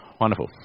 Wonderful